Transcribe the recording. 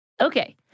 Okay